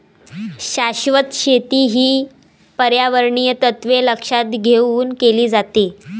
शाश्वत शेती ही पर्यावरणीय तत्त्वे लक्षात घेऊन केली जाते